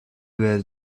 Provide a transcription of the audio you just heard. well